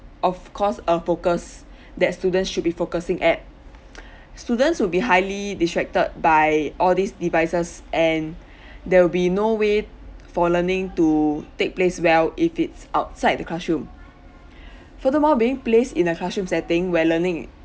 of course a focus that student should be focusing at students would be highly distracted by all these devices and there will be no way for learning to take place well if it's outside the classroom furthermore being placed in the classroom setting where learning